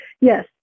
yes